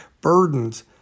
burdens